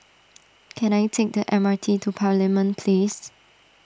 can I take the M R T to Parliament Place